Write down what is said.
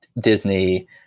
Disney –